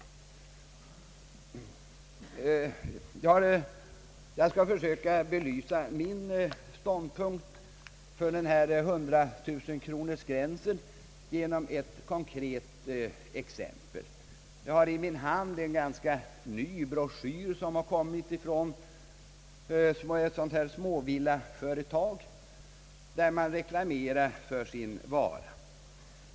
Jag skall försöka belysa mitt ställningstagande till 100 000-kronorsgränsen genom ett konkret exempel. Jag har i min hand en ganska nyutkommen broschyr från ett småvillaföretag som gör reklam för sin vara.